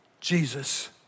Jesus